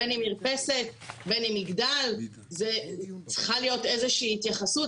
בין אם מרפסת ובין אם מגדל צריכה להיות איזו שהיא התייחסות,